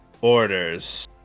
orders